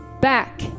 back